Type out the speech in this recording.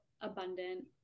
abundant